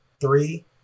three